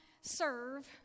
serve